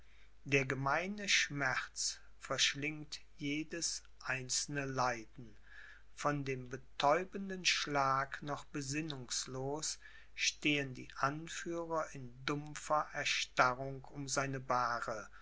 der gemeine schmerz verschlingt jedes einzelne leiden von dem betäubenden schlag noch besinnungslos stehen die anführer in dumpfer erstarrung um seine bahre